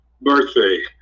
birthday